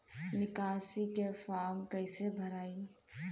निकासी के फार्म कईसे भराई?